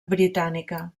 britànica